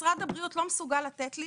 משרד הבריאות לא מסוגל לתת לי